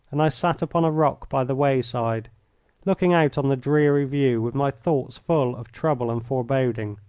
and i sat upon a rock by the wayside looking out on the dreary view with my thoughts full of trouble and foreboding.